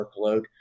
workload